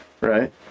right